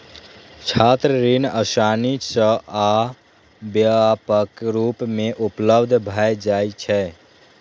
छात्र ऋण आसानी सं आ व्यापक रूप मे उपलब्ध भए जाइ छै